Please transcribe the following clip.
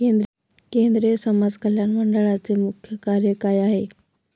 केंद्रिय समाज कल्याण मंडळाचे मुख्य कार्य काय आहे?